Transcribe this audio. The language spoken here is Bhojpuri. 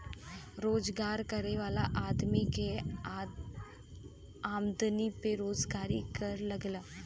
रोजगार करे वाला आदमी के आमदमी पे रोजगारी कर लगला